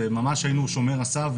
היינו ממש שומר הסף,